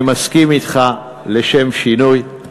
אני מסכים אתך לשם שינוי,